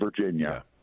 Virginia